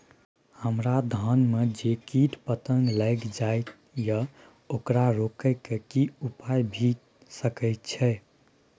हमरा धान में जे कीट पतंग लैग जाय ये ओकरा रोके के कि उपाय भी सके छै?